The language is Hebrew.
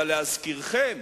אבל להזכירכם,